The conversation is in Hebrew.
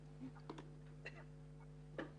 גם